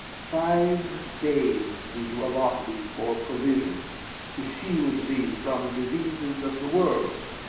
five days we do allot thee for provision to shield thee from diseases of the world,